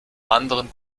anderen